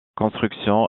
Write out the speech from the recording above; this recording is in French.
construction